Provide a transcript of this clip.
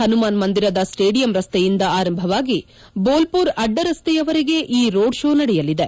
ಪನುಮಾನ್ ಮಂದಿರದ ಸ್ವೇಡಿಯಂ ರಸ್ತೆಯಿಂದ ಆರಂಭವಾಗಿ ಬೋಲ್ವುರ್ ಅಡ್ಡರಸ್ತೆಯವರೆಗೆ ಈ ರೋಡ್ ಶೋ ನಡೆಯಲಿದೆ